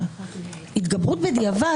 אנחנו אומרים שמצד אחד יש התגברות ברוב מינימלי,